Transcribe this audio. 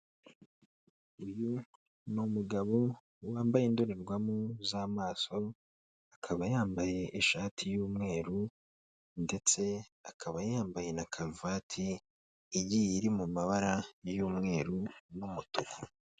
Uyu ni umugabo wambaye indorerwamo z'amaso, akaba yambaye ishati y'umweru, ndetse akaba yambaye na karuvati, igiye iri mu mabara y'umweru n'umutuku.